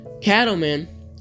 Cattlemen